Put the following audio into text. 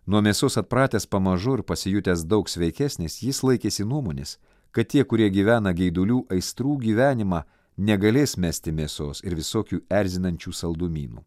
nuo mėsos atpratęs pamažu ir pasijutęs daug sveikesnis jis laikėsi nuomonės kad tie kurie gyvena geidulių aistrų gyvenimą negalės mesti mėsos ir visokių erzinančių saldumynų